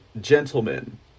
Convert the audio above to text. gentlemen